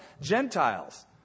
Gentiles